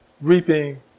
reaping